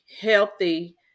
healthy